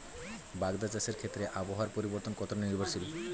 বাগদা চাষের ক্ষেত্রে আবহাওয়ার পরিবর্তন কতটা নির্ভরশীল?